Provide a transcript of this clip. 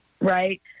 right